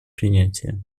принятие